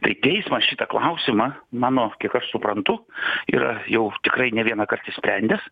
tai teismas šitą klausimą mano kiek aš suprantu yra jau tikrai ne vienąkart išsprendęs